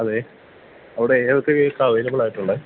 അതെ അവിടെ ഏതൊക്കെ കേക്കാണ് അവൈലബിളായിട്ടുള്ളത്